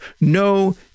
no